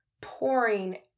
pouring